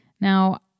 Now